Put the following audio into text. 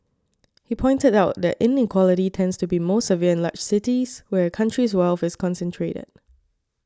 he pointed out that inequality tends to be most severe in large cities where a country's wealth is concentrated